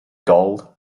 gold